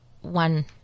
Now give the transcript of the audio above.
one